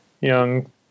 young